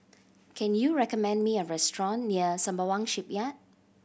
can you recommend me a restaurant near Sembawang Shipyard